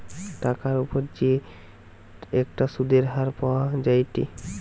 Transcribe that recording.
টাকার উপর যে একটা সুধের হার পাওয়া যায়েটে